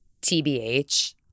TBH